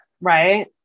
Right